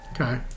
Okay